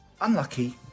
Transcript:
Unlucky